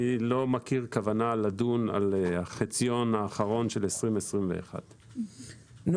אני לא מכיר כוונה לדון על החציון האחרון של 2021. נעם,